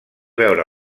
veure